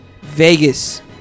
Vegas